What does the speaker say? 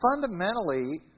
fundamentally